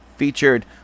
featured